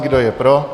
Kdo je pro?